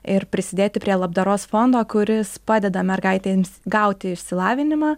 ir prisidėti prie labdaros fondo kuris padeda mergaitėms gauti išsilavinimą